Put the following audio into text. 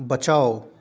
बचाउ